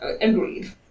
Agreed